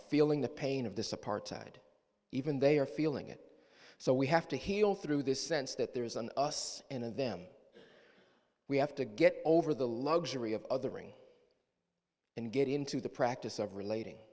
feeling the pain of this apartheid even they are feeling it so we have to heal through this sense that there is an us and them we have to get over the luxury of other ring and get into the practice of relating